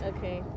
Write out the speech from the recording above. Okay